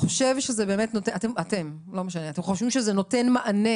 אתם חושבים שזה נותן מענה